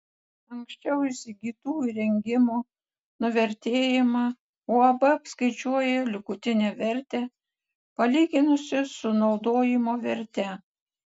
anksčiau įsigytų įrengimų nuvertėjimą uab apskaičiuoja likutinę vertę palyginusi su naudojimo verte